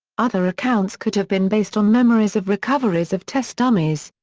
other accounts could have been based on memories of recoveries of test dummies,